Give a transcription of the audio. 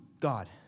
God